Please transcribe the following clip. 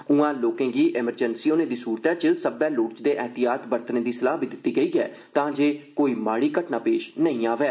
उआं लोकें गी एमरजेन्सी होने दी सूरतै च सब्बै लोड़चदे एहतियात बरतने दी सलाह् बी दित्ती गेई ऐ तांजे कोई माड़ी घटना पेश नेईं आवै